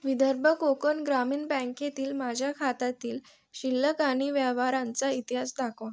विदर्भ कोकण ग्रामीण बँकेतील माझ्या खात्यातील शिल्लक आणि व्यवहारांचा इतिहास दाखवा